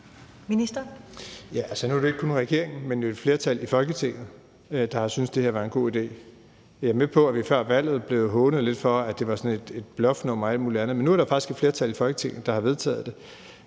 nu er det jo ikke kun regeringen, men et flertal i Folketinget, der har syntes, at det her var en god idé, og jeg er med på, at vi før valget blev hånet lidt for, at det var sådan et bluffnummer og alt muligt andet. Men nu er der faktisk et flertal i Folketinget, der har vedtaget det,